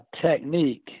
technique